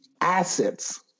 assets